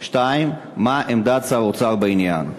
2. מה היא עמדת שר האוצר בעניין?